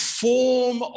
form